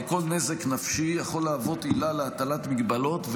כל נזק נפשי יכול להוות עילה להטלת מגבלות,